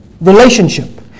Relationship